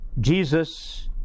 Jesus